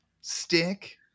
Stick